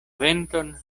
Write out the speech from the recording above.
venton